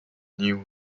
new